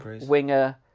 winger